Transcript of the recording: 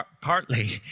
Partly